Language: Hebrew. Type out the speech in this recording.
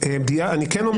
בנושא הזה.